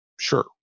sure